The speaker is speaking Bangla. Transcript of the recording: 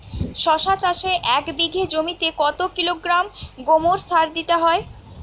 শশা চাষে এক বিঘে জমিতে কত কিলোগ্রাম গোমোর সার দিতে হয়?